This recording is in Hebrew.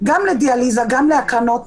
גם לדיאליזה וגם להקרנות,